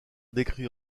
décrit